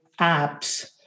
apps